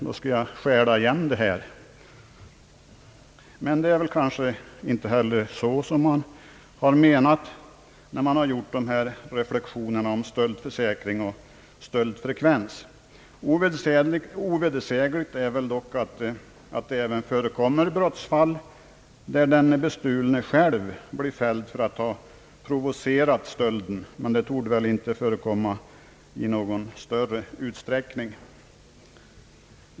Då skall jag stjäla igen det.» Men det är väl inte heller så man menat med motionens reflexioner om stöldförsäkring och stöldfrekvens. Ovedersägligt är väl dock att det även förekommer brottsfall, där den bestulne själv blir fälld för att ha provocerat stölden, men det torde väl inte förekomma i någon större utsträckning.